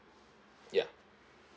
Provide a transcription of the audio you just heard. ya